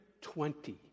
Twenty